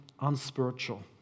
unspiritual